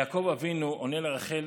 יעקב אבינו עונה לרחל